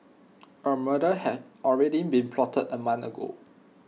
A murder had already been plotted A month ago